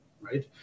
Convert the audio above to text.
right